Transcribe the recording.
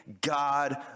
God